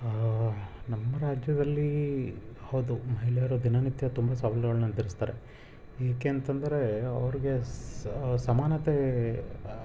ನಮ್ಮ ರಾಜ್ಯದಲ್ಲಿ ಹೌದು ಮಹಿಳೆಯರು ದಿನನಿತ್ಯ ತುಂಬಾ ಸವಾಲುಗಳನ್ನ ಎದುರಿಸ್ತಾರೆ ಏಕೆ ಅಂತಂದರೆ ಅವ್ರಿಗೆ ಸಮಾನತೆ